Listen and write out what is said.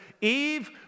Eve